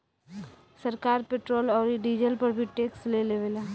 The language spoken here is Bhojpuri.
सरकार पेट्रोल औरी डीजल पर भी टैक्स ले लेवेला